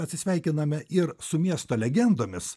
atsisveikiname ir su miesto legendomis